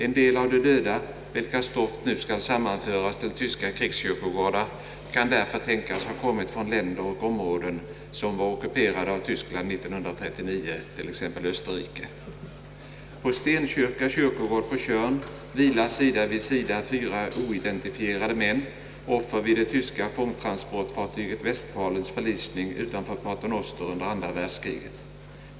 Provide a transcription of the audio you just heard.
En del av de döda, vilkas stoft nu skall sammanföras till tyska krigskyrkogårdar, kan därför tänkas ha kommit från länder och områden som var ockuperade av Tyskland 1939, t.ex. Österrike. På Stenkyrka kyrkogård på Tjörn vilar sida vid sida fyra oidentifierade män, offer vid det tyska fångtransportfartyget Westfalens förlisning utanför Pater Noster under andra världskriget.